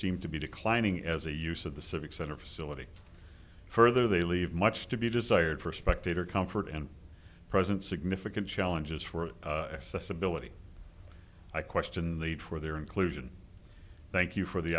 seem to be declining as a use of the civic center facility further they leave much to be desired for spectator comfort and present significant challenges for s s ability i question lead for their inclusion thank you for the